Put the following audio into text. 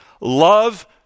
Love